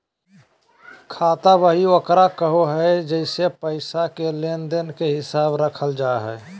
खाता बही ओकरा कहो हइ जेसे पैसा के लेन देन के हिसाब रखल जा हइ